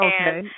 Okay